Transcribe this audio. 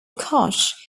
koch